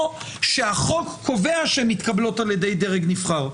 או שהחוק קובע שהן מתקבלות על ידי דרג נבחר.